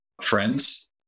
friends